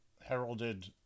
heralded